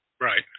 Right